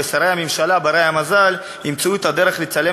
ושרי הממשלה בני-המזל ימצאו את הדרך לצלם